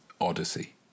odyssey